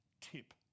tip